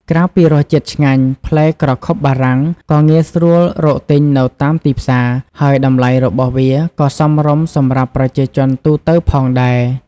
ក្រៅពីរសជាតិឆ្ងាញ់ ផ្លែក្រខុបបារាំងក៏ងាយស្រួលរកទិញនៅតាមទីផ្សារ ហើយតម្លៃរបស់វាក៏សមរម្យសម្រាប់ប្រជាជនទូទៅផងដែរ។